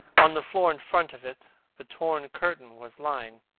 on the floor in front of it the torn curtain was lying.